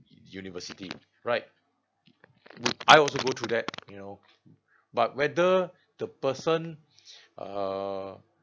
university right would I also go through that you know but whether the person err